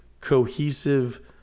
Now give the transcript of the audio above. cohesive